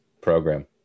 program